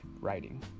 writing